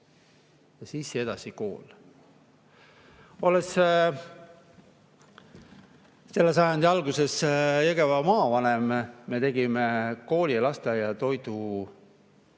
ja siis edasi kool. Olles selle sajandi alguses Jõgeva maavanem, me tegime kooli- ja lasteaiatoidu